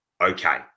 okay